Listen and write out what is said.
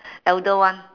elder one